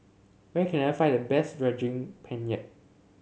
where can I find the best Daging Penyet